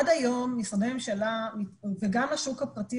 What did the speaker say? עד היום משרדי ממשלה וגם השוק הפרטי,